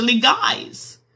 guys